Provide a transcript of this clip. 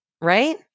right